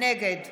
נגד